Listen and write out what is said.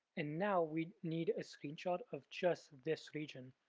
and now we need a screenshot of just this region,